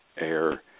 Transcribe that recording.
air